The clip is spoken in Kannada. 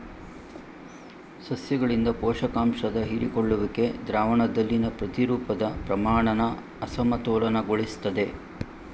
ಸಸ್ಯಗಳಿಂದ ಪೋಷಕಾಂಶದ ಹೀರಿಕೊಳ್ಳುವಿಕೆ ದ್ರಾವಣದಲ್ಲಿನ ಪ್ರತಿರೂಪದ ಪ್ರಮಾಣನ ಅಸಮತೋಲನಗೊಳಿಸ್ತದೆ